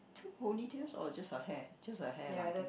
two ponytails or just her hair just her hair lah I think